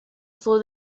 for